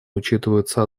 учитываются